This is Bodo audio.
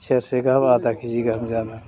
सेरसे गाहाम आदाकेजि गाहाम जानो